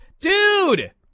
Dude